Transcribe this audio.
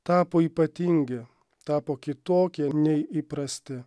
tapo ypatingi tapo kitokie nei įprasti